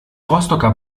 rostocker